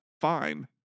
fine